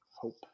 hope